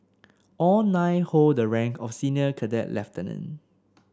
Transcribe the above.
all nine hold the rank of senior cadet lieutenant